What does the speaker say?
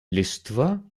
листва